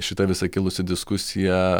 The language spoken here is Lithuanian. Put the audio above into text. šita visa kilusi diskusija